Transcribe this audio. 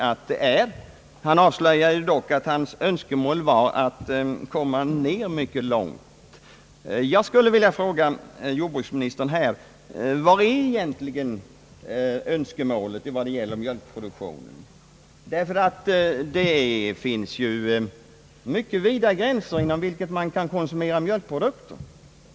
Han avslöjade dock att hans önskemål var att avsevärt minska produktionen. Jag skulle vilja fråga jordbruksministern här: Vilket är egentligen önskemålet när det gäller mjölkproduktionen? Det finns ju mycket vida gränser inom vilka man kan konsumera mjölkprodukter.